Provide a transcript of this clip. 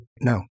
no